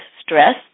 stress